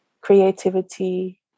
creativity